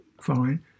fine